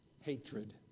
Hatred